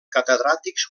catedràtics